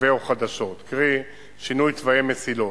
ו/או חדשות, קרי, שינויי תוויי מסילות,